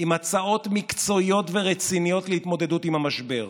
עם הצעות מקצועיות ורציניות להתמודדות עם המשבר.